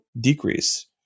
decrease